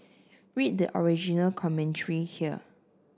read the original commentary here